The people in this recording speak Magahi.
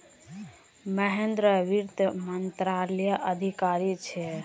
महेंद्र वित्त मंत्रालयत अधिकारी छे